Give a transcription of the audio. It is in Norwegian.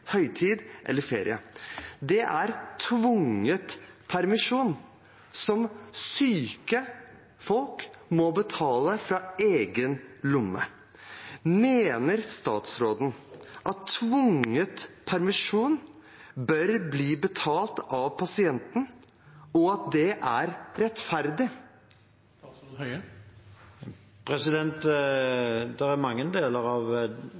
høytid eller ferie.» Dette er tvunget permisjon som syke folk må betale fra egen lomme. Mener statsråden at tvunget permisjon bør bli betalt av pasienten, og at det er rettferdig? Det er mange deler av